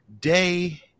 day